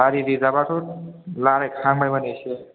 गारि रिजाबाथ' रायलायहांबायमोन एसे